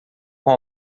com